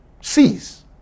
sees